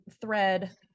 thread